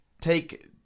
take